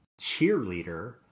cheerleader